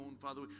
Father